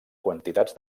quantitats